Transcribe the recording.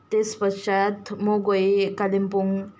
त्यस पश्चात म गएँ कालिम्पोङ